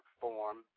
form